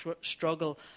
struggle